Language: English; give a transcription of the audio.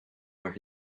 where